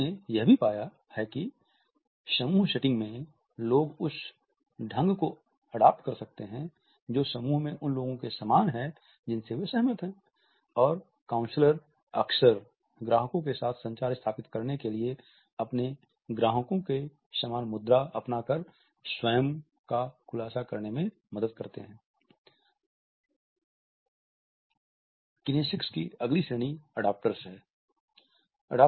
उन्होंने यह भी पाया है कि समूह सेटिंग में लोग उस ढंग को अडॉप्ट कर सकते हैं जो समूह में उन लोगों के समान हैं जिनसे वे सहमत किनेसिक्स की अगली श्रेणी अडॉप्टर्स है